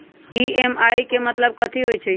EMI के मतलब कथी होई?